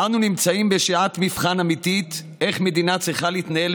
אנו נמצאים בשעת מבחן אמיתית איך מדינה צריכה להתנהל